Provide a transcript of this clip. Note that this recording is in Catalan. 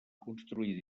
construir